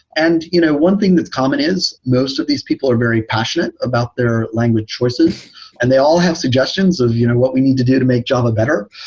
and you know one thing that's common is most of these people are very passionate about their language choices and they all have suggestions of what we need to do to make java better.